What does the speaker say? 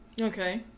Okay